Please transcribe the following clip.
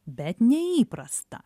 bet neįprasta